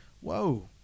whoa